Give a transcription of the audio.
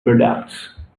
products